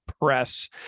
Press